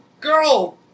girl